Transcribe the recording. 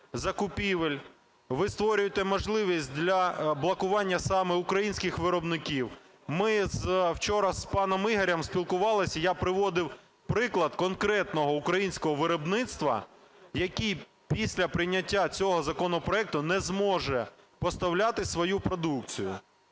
Ви створюєте можливість для блокування саме українських виробників. Ми вчора з паном Ігорем спілкувались, і я приводив приклад конкретного українського виробництва, яке після прийняття цього законопроекту не зможе поставляти свою продукцію.